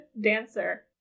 dancer